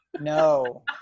no